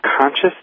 conscious